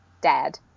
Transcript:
dad